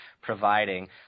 providing